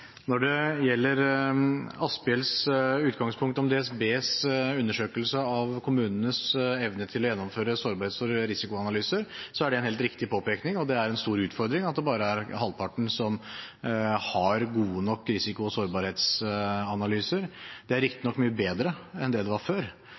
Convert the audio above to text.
Når det gjelder representanten Asphjells utgangspunkt om DSBs undersøkelse av kommunenes evne til å gjennomføre sårbarhets- og risikoanalyser, er det en helt riktig påpekning. Det er en stor utfordring at det bare er halvparten som har gode nok risiko- og sårbarhetsanalyser. Det er riktignok mye bedre enn det var før,